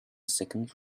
second